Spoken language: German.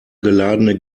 geladene